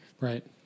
Right